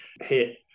hit